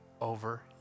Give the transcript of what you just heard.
over